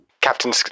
Captain